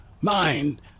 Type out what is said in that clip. mind